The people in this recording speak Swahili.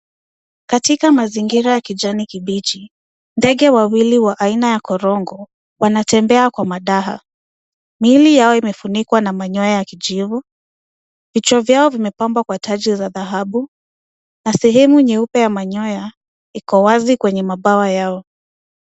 Katika mazingira ya kijani kibichi, ndege wawili wa aina ya korongo , wanatembea kwa madaha. Miili yao imefunikwa na manyoya ya kijivu. Vichwa vyao vimepambwa kwa taji za kijivu na sehemu nyeupe ya manyoya iko wazi kwenye mabawa yao.